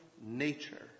nature